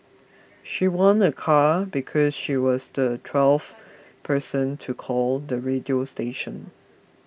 she won a car because she was the twelfth person to call the radio station